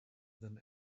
than